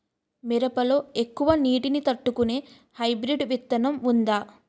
మిరప లో ఎక్కువ నీటి ని తట్టుకునే హైబ్రిడ్ విత్తనం వుందా?